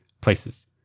places